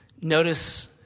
Notice